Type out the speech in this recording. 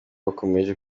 bakomeje